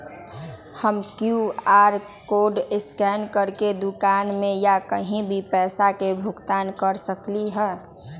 हम QR code scan करके दुकान में या कहीं भी पैसा के भुगतान कर सकली ह?